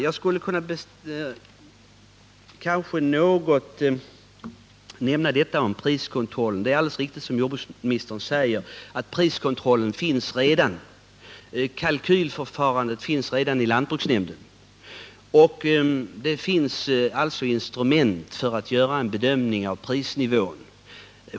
Jag skall nämna något om priskontrollen. Det är riktigt som jordbruksministern säger, att priskontrollen redan finns; kalkylförfarandet finns redan i lantbruksnämnden. Det finns alltså instrument för att göra en bedömning av prisnivån.